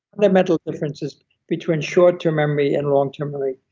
and mental differences between short-term memory and longterm memory.